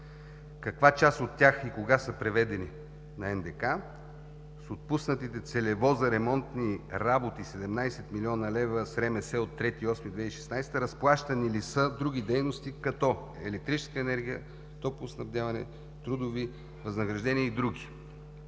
Каква част от тях и кога са преведени на НДК с отпуснатите целево за ремонтни работи 17 млн. лв. с ПМС от 3 август 2016 г.; разплащани ли са други дейности като електрическа енергия, топлоснабдяване, трудови възнаграждения и други?